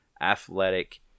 athletic